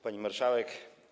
Pani Marszałek!